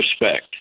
respect